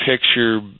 picture